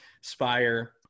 Spire